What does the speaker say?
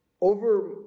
Over